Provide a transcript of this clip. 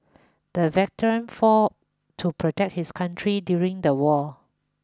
the veteran fought to protect his country during the war